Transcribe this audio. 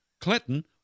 Clinton